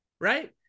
right